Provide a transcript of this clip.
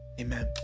Amen